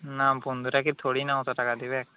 না বন্ধুরা কি থোড়ি না অত টাকা দেবে